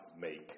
make